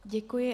Děkuji.